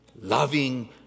loving